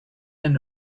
and